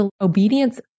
obedience